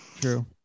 true